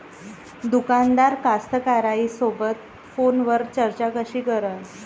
दुकानदार कास्तकाराइसोबत फोनवर चर्चा कशी करन?